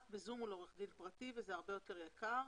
רק ב-זום מול עורך דין פרטי וזה הרבה יותר יקר.